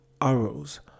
arrows